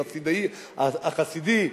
החסידי,